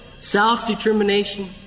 self-determination